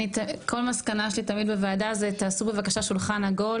כל מסקנה שלי תמיד בוועדה זה תעשו בבקשה שולחן עגול,